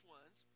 ones